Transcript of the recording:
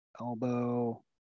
elbow